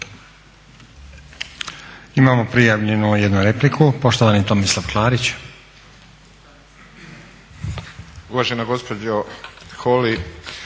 Imamo prijavljenu jednu repliku, poštovani Tomislav Klarić.